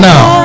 Now